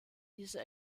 diese